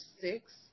six